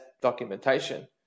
documentation